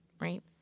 Right